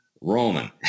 Roman